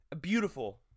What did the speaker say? beautiful